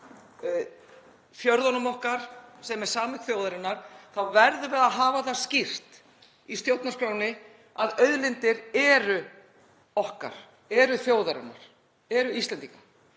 þjóðar, fjörðunum okkar sem eru sameign þjóðarinnar, þá verðum við að hafa það skýrt í stjórnarskránni að auðlindir eru okkar, eru þjóðarinnar, eru Íslendinga.